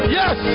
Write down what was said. yes